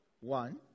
One